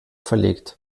verlegt